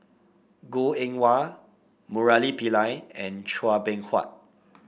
Goh Eng Wah Murali Pillai and Chua Beng Huat